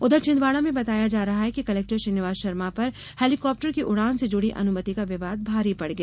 उधर छिंदवाड़ा में बताया जा रहा है कि कलेक्टर श्रीनिवास शर्मा पर हेलिकॉप्टर की उड़ान से जुड़ी अनुमति का विवाद भारी पड़ गया